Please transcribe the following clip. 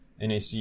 NAC